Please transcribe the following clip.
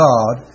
God